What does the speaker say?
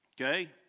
Okay